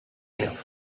enough